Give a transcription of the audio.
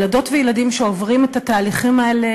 ילדות וילדים שעוברים את התהליכים האלה,